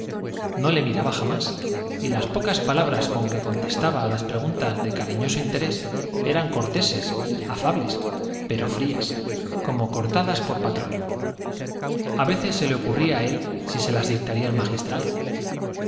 no le miraba jamás y las pocas palabras con que contestaba a las preguntas de cariñoso interés eran corteses afables pero frías como cortadas por patrón a veces se le ocurría a él si se las dictaría el magistral